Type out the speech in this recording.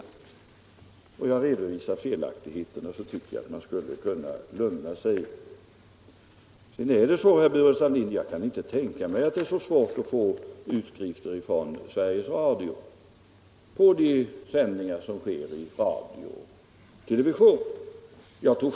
Och om jag redovisar felaktigheterna, tycker jag att man skulle kunna lugna sig. Jag kan inte tänka mig, herr Burenstam Linder, att det är så svårt att få utskrifter från Sveriges Radio av de sändningar som sker i radio och television.